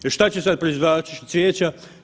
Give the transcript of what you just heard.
Jer što će sad proizvođači cvijeća?